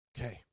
Okay